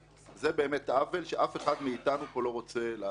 זה עוול שאף אחד מאתנו פה לא רוצה לעשות.